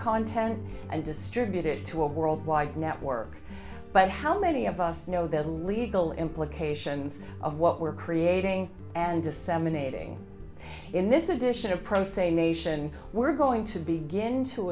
content and distribute it to a world wide network but how many of us know the legal implications of what we're creating and disseminating in this edition of pro se nation we're going to be given to